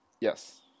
Yes